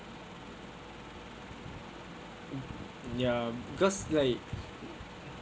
ya because like